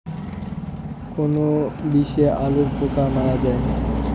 কোন বিষে আলুর পোকা মারা যায়?